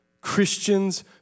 Christians